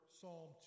psalm